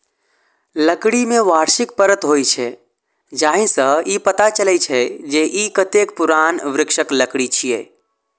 लकड़ी मे वार्षिक परत होइ छै, जाहि सं ई पता चलै छै, जे ई कतेक पुरान वृक्षक लकड़ी छियै